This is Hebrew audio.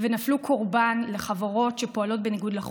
ונפלו קורבן לחברות שפועלות בניגוד לחוק.